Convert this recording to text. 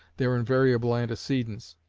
their invariable antecedents,